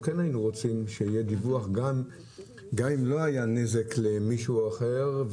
היינו רוצים שיהיה דיווח גם אם לא היה נזק למישהו אחר,